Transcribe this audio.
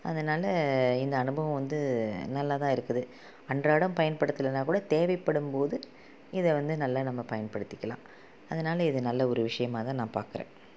அதனால் இந்த அனுபவம் வந்து நல்லா தான் இருக்குது அன்றாடம் பயன்படுத்துலைனா கூட தேவைப்படும் போது இதை வந்து நல்லா நம்ம பயன்படுத்திக்கலாம் அதனால இது நல்ல ஒரு விஷயமாக தான் நான் பார்க்குறேன்